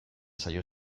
zaio